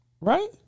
right